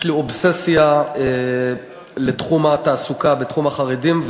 לי אובססיה לתחום התעסוקה בקרב החרדים,